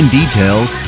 details